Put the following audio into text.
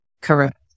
Correct